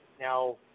Now